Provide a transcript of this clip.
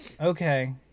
Okay